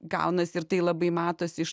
gaunasi ir tai labai matosi iš